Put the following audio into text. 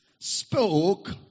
spoke